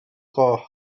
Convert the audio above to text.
gloch